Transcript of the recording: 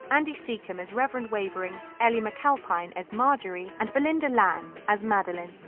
andy secombe as reverend wavering, elle mcalpine as marjorie, and belinda lang as madeleine,